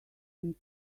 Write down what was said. soon